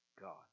God